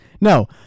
No